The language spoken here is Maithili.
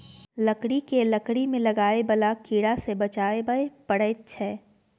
लकड़ी केँ लकड़ी मे लागय बला कीड़ा सँ बचाबय परैत छै